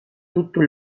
tutto